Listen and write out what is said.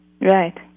Right